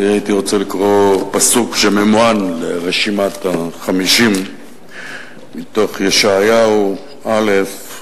הייתי רוצה לקרוא פסוק שממוען לרשימת ה-50 מתוך ישעיהו א',